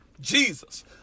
Jesus